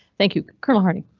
thank you colonel harting.